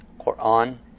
Qur'an